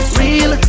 real